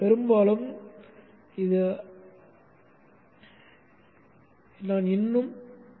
பெரும்பாலும் இது அலுமினிய மின்னாற்பகுப்பு ஆகும்